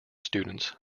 students